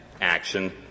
action